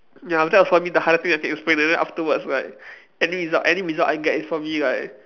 ya after that for me the harder things okay is afterwards like any result any result I get is probably like